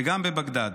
וגם בבגדאד.